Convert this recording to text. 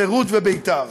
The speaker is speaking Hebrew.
חרות ובית"ר.